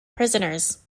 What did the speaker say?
prisoners